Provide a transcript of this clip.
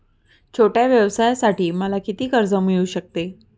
छोट्या व्यवसायासाठी मला किती कर्ज मिळू शकते?